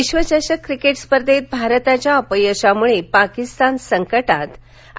विश्वचषक क्रिकेट स्पर्धेत भारताच्या अपयशामुळे पाकीस्तान संकटात आणि